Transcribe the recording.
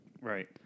Right